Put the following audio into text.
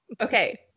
Okay